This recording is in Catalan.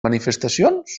manifestacions